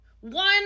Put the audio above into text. One